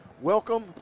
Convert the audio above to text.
Welcome